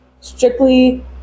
strictly